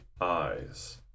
eyes